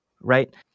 right